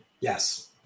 Yes